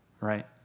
right